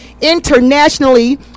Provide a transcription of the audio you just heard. internationally